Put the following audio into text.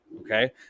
Okay